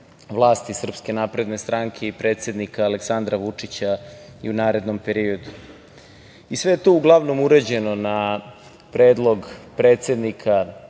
vlasti SNS i predsednika Aleksandra Vučića i u narednom periodu. Sve je to uglavnom urađeno na predlog predsednika